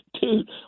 dude